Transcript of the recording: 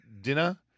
dinner